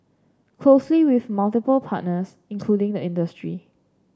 closely with multiple partners including the industry